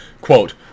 quote